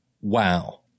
wow